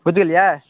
बुझि गेलिए